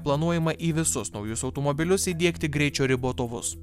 planuojama į visus naujus automobilius įdiegti greičio ribotuvus